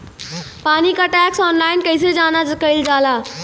पानी क tax online कईसे जमा कईल जाला?